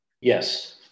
Yes